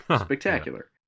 spectacular